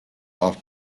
off